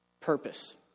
Purpose